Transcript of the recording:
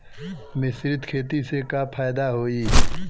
मिश्रित खेती से का फायदा होई?